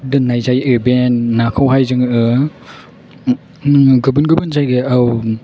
दोननाय जायो बे नाखौहाय जोङो गुबुन गुबुन जायगायाव